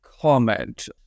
comment